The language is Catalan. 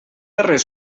darrer